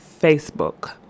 Facebook